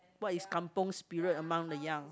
what is kampung spirit among the young